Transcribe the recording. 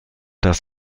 das